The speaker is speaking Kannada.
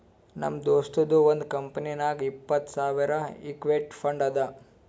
ನಮ್ ದೋಸ್ತದು ಒಂದ್ ಕಂಪನಿನಾಗ್ ಇಪ್ಪತ್ತ್ ಸಾವಿರ್ ಇಕ್ವಿಟಿ ಫಂಡ್ ಅದಾ